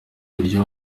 ibiryo